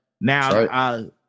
now